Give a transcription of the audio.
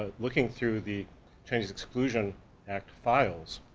ah looking through the change of exclusion act files,